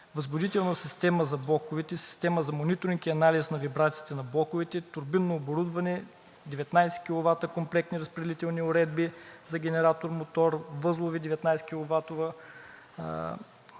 възбудителна система за блоковете, система за мониторинг и анализ на вибрациите на блоковете, турбинно оборудване, 19 киловата комплексни разпределителни уредби за генератор, мотор, възлови